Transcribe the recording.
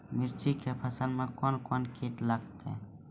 मिर्ची के फसल मे कौन कौन कीट लगते हैं?